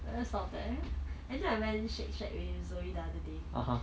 err stop there anyway I went shake shack with zoey the other day